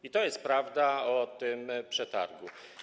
I to jest prawda o tym przetargu.